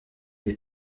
les